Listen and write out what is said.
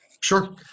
Sure